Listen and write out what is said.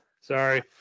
Sorry